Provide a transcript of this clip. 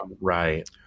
Right